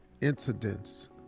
incidents